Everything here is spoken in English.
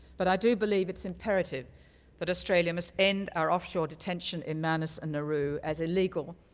but i do believe it's imperative that australia must end our offshore detention in manus and nauru as illegal,